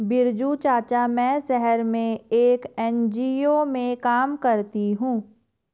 बिरजू चाचा, मैं शहर में एक एन.जी.ओ में काम करती हूं